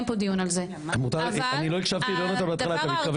פה דיון על זה ,אבל הדבר --- אני לא הקשבתי בהתחלה,